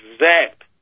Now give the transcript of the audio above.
exact